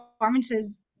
performances